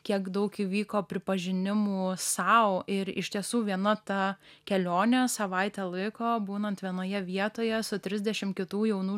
kiek daug įvyko pripažinimu sau ir iš tiesų viena tą kelionė savaitę laiko būnant vienoje vietoje su trisdešim kitų jaunų